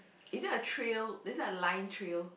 is there trail is there a line trail